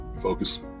focus